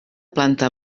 planta